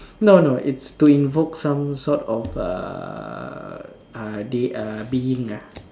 no no it's to invoke some sort of uh de~ uh being ah